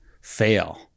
fail